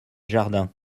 jardins